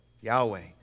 Yahweh